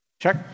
Check